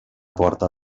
porta